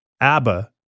ABBA